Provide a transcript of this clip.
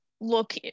look